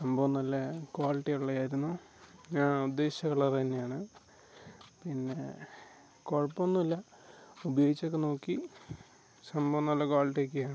സംഭവം നല്ല ക്വാളിറ്റി ഉള്ളതായിരുന്നു ഞാൻ ഉദ്ദേശിച്ച കളർ തന്നെയാണ് പിന്നെ കുഴപ്പമൊന്നുമില്ല ഉപയോഗിച്ചൊക്കെ നോക്കി സംഭവം നല്ല ക്വാളിറ്റി ഒക്കെയാണ്